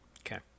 Okay